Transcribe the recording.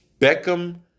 Beckham